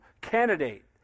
candidate